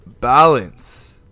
balance